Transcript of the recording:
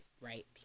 right